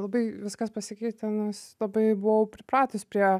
labai viskas pasikeitė nu labai buvau pripratus prie